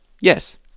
Yes